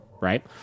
right